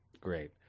Great